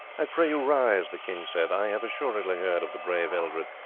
i pray you rise, the king said. i have assuredly heard of the brave eldred,